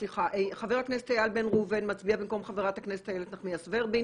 חבר הכנסת איל בן ראובן מצביע במקום חברת הכנסת איילת נחמיאס ורבין.